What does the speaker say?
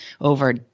over